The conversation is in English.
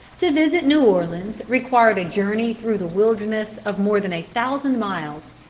to visit new orleans required a journey through the wilderness of more than a thousand miles.